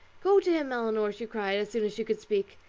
go to him, elinor, she cried, as soon as she could speak,